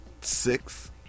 six